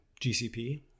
GCP